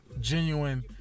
genuine